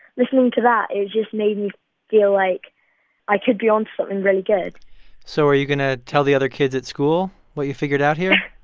listening to that it just made me feel like i could be onto something really good so are you going to tell the other kids at school what you figured out here?